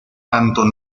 tanto